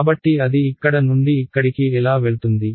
కాబట్టి అది ఇక్కడ నుండి ఇక్కడికి ఎలా వెళ్తుంది